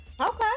Okay